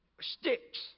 sticks